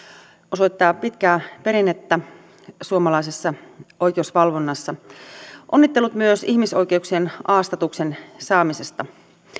osoittaa pitkää perinnettä suomalaisessa oikeusvalvonnassa onnittelut myös ihmisoikeuksien a statuksen saamisesta